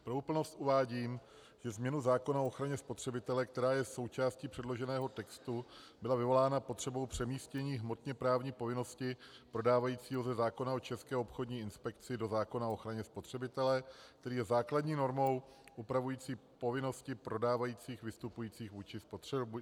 Pro úplnost uvádím, že změna zákona o ochraně spotřebitele, která je součástí předloženého textu, byla vyvolána potřebou přemístění hmotněprávní povinnosti prodávajícího ze zákona o České obchodní inspekci do zákona o ochraně spotřebitele, který je základní normou upravující povinnosti prodávajících vystupujících vůči spotřebitelům.